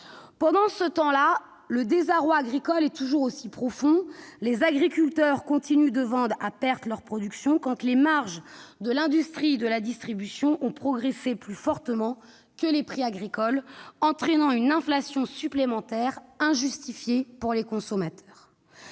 Pendant ce temps-là, le désarroi agricole est toujours aussi profond ; les agriculteurs continuent de vendre à perte leurs productions quand les marges de l'industrie de la distribution ont progressé plus fortement que les prix agricoles, entraînant une inflation supplémentaire injustifiée pour les consommateurs.